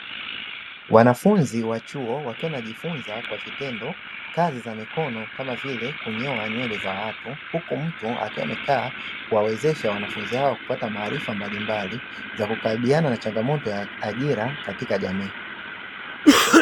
Wanafunzi wa chuo wakiwa wanajifunza kwa vitendo kazi za mikono kama vile kunyoa nywele za watu, huku mtu akiwa amekaa kuwawezesha wanafunzi hawa kupata maarifa mbalimbali za kukabiliana na changamoto za ajira katika jamii.